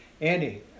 Andy